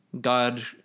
God